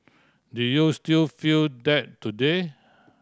did you still feel that today